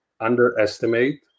underestimate